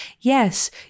Yes